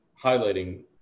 highlighting